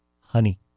Honey